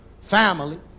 family